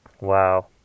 Wow